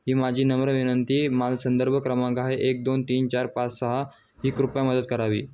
ही माझी नम्र विनंती मला संदर्भ क्रमांक आहे एक दोन तीन चार पाच सहा ही कृपया मदत करावी